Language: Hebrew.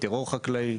טרור חקלאי,